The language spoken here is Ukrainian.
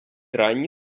ранні